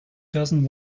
doesn’t